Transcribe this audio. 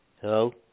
Hello